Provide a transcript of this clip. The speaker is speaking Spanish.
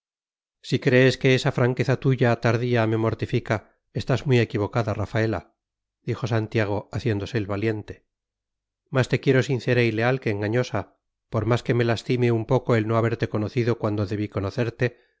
si crees que esa franqueza tuya tardía me mortifica estás muy equivocada rafaela dijo santiago haciéndose el valiente más te quiero sincera y leal que engañosa por más que me lastime un poco el no haberte conocido cuando debí conocerte